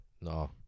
No